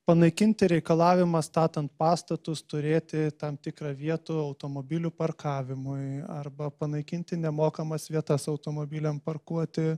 panaikinti reikalavimą statant pastatus turėti tam tikrą vietų automobilių parkavimui arba panaikinti nemokamas vietas automobiliam parkuoti